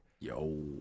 Yo